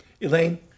Elaine